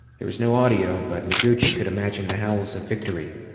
there was no audio, but noguchi could imagine the howls of victory.